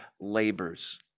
labors